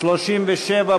הסתייגות מס'